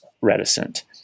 reticent